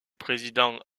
président